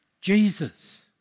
Jesus